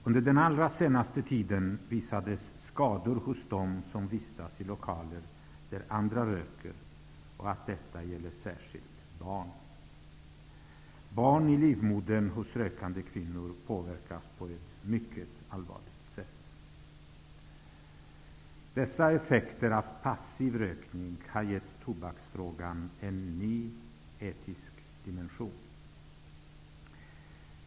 Under den allra senaste tiden har det påvisats skador hos dem som vistas i lokaler där andra röker. Detta gäller särskilt skador hos barn. Barn i livmodern hos rökande kvinnor påverkas på ett mycket allvarligt sätt. Effekterna av passiv rökning har gett tobaksfrågan en ny etisk dimension.